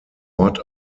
ort